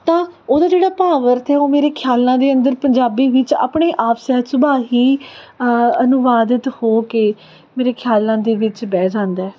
ਤਾਂ ਉਹਦਾ ਜਿਹੜਾ ਭਾਵ ਅਰਥ ਹੈ ਉਹ ਮੇਰੇ ਖਿਆਲਾਂ ਦੇ ਅੰਦਰ ਪੰਜਾਬੀ ਵਿੱਚ ਆਪਣੇ ਆਪ ਸਹਿਜ ਸੁਭਾਅ ਹੀ ਅਨੁਵਾਦਿਤ ਹੋ ਕੇ ਮੇਰੇ ਖਿਆਲਾਂ ਦੇ ਵਿੱਚ ਬਹਿ ਜਾਂਦਾ